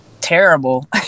terrible